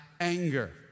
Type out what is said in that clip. anger